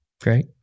great